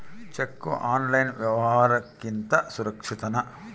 Cheque online ವ್ಯವಹಾರುಕ್ಕಿಂತ ಸುರಕ್ಷಿತನಾ?